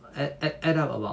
add add add up about